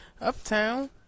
uptown